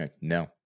No